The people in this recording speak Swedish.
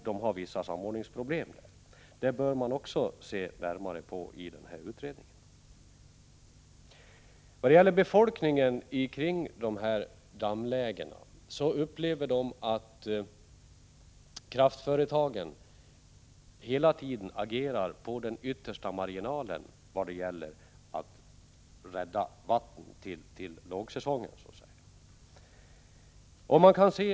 Detta bör man också se närmare på i utredningen. Befolkningen kring dessa dammlägen upplever att kraftföretagen hela tiden agerar på den yttersta marginalen när det gäller att rädda vatten till lågsäsongen, så att säga.